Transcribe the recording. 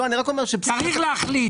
צריך להחליט